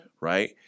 right